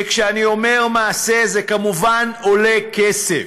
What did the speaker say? וכשאני אומר מעשה, זה כמובן עולה כסף.